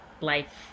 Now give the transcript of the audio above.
life